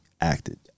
acted